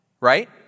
Right